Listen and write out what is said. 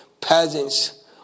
peasants